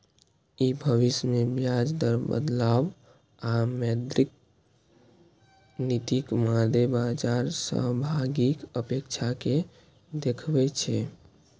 ई भविष्य मे ब्याज दर बदलाव आ मौद्रिक नीतिक मादे बाजार सहभागीक अपेक्षा कें देखबै छै